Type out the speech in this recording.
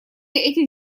этих